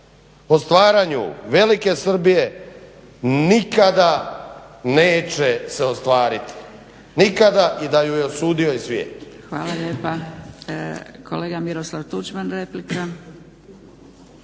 stvaranju Velike Srbije nikada neće se ostvariti, nikada i da ju je osudio i svijet.